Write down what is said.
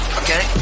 okay